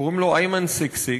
קוראים לו איימן סיכסק,